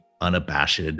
unabashed